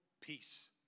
peace